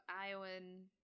Iowan